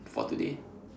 for today